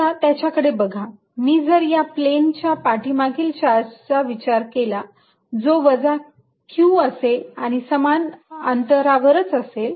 आता त्याच्याकडे बघा मी जर या प्लेनच्या पाठीमागील चार्जचा विचार केला जो वजा q असेल आणि समान अंतरावरच असेल